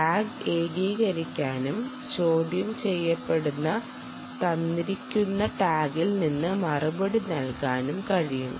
tag ഏകീകരിക്കാനും ചോദ്യം ചെയ്യപ്പെടുന്ന തന്നിരിക്കുന്ന ടാഗിൽ നിന്ന് മറുപടി നൽകാനും കഴിയും